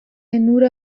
نور